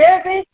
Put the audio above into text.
ಹೇಳ್ರಿ